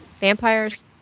Vampires